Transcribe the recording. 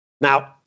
Now